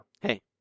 Hey